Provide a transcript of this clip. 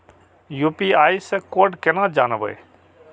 UPI से code केना जानवै?